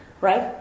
right